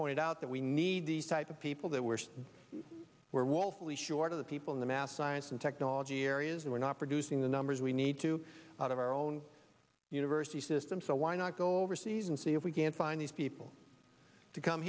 pointed out that we need these type of people that were werewolf really short of the people in the math science and technology areas and we're not producing the numbers we need to out of our own university system so why not go overseas and see if we can find these people to come